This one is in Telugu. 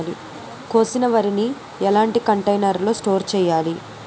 కోసిన వరిని ఎలాంటి కంటైనర్ లో స్టోర్ చెయ్యాలి?